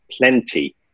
plenty